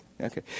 Okay